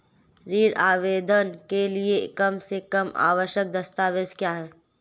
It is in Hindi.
ऋण आवेदन के लिए कम से कम आवश्यक दस्तावेज़ क्या हैं?